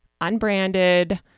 unbranded